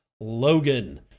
Logan